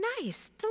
nice